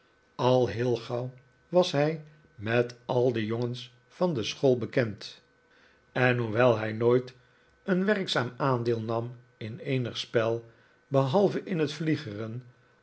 al heel gauw was hij met al de jongens van de school bekend en hoewel hij nooit een werkzaam aandeel nam in eenig spel behalve in het vliegeren